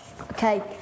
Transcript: Okay